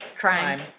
crime